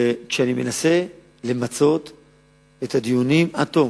אני מנסה למצות את הדיונים עד תום,